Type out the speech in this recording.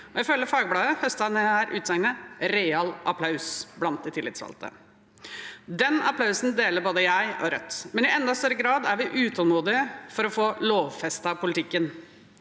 Ifølge Fagbladet høstet dette utsagnet real applaus blant de tillitsvalgte. Den applausen deler både jeg og Rødt, men vi er i enda større grad utålmodige etter å få lovfestet politikken.